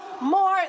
more